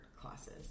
classes